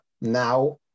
now